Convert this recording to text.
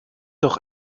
doch